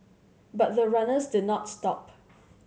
but the runners did not stop